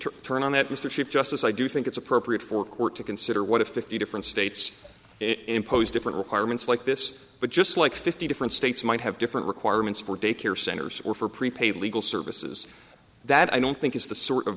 turn on that mr chief justice i do think it's appropriate for court to consider what if fifty different states impose different requirements like this but just like fifty different states might have different requirements for daycare centers or for prepaid legal services that i don't think is the